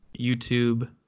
YouTube